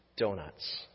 donuts